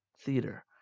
theater